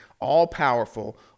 all-powerful